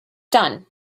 done